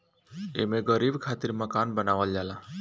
एमे गरीब खातिर मकान बनावल जाला